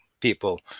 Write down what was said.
people